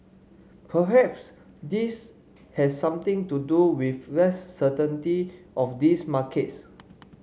perhaps this has something to do with less certainty of these markets